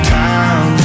time